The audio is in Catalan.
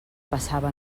passava